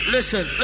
Listen